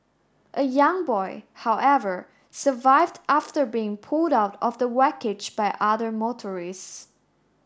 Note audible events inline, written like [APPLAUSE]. a young boy however survived after being pulled out of the [UNINTELLIGIBLE] by other motorists